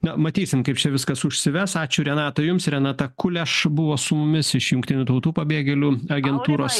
na matysim kaip čia viskas užsives ačiū renata jums renata kuleš buvo su mumis iš jungtinių tautų pabėgėlių agentūros